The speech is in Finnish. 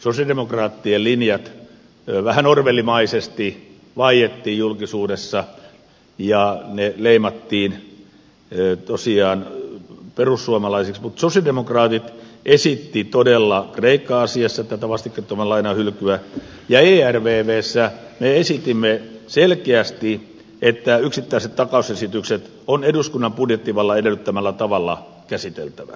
sosialidemokraattien linjat vähän orwellmaisesti vaiettiin julkisuudessa ja ne leimattiin tosiaan perussuomalaisiksi mutta sosialidemokraatit esittivät todella kreikka asiassa tätä vastikkeettoman lainan hylkyä ja ervvssä me esitimme selkeästi että yksittäiset takausesitykset on eduskunnan budjettivallan edellyttämällä tavalla käsiteltävä